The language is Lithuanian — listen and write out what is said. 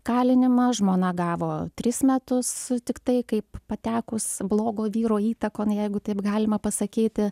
kalinimą žmona gavo tris metus tiktai kaip patekus blogo vyro įtakon jeigu taip galima pasakyti